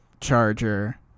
charger